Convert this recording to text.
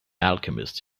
alchemist